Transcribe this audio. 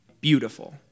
beautiful